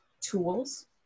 tools